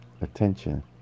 attention